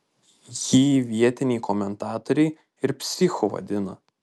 jį vietiniai komentatoriai ir psichu vadina